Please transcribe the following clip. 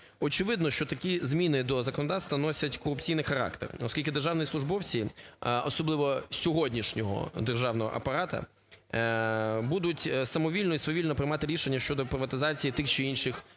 Очевидно, що такі зміни до законодавства носять корупційний характер, оскільки державні службовці, особливо сьогоднішнього державного апарату, будуть самовільно і свавільно приймати рішення щодо приватизації тих чи інших об'єктів.